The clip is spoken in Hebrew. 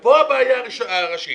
פה הבעיה הראשית.